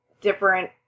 different